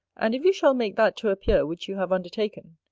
and if you shall make that to appear which you have undertaken,